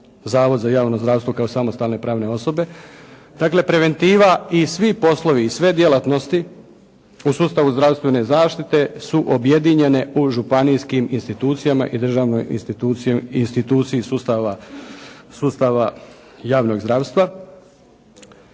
zavod za javno zdravstvo kao samostalne pravne osobe. Dakle, preventiva i svi poslovi i sve djelatnosti u sustavu zdravstvene zaštite su objedinjene u županijskim institucijama i državnoj instituciji sustava javnog zdravstva.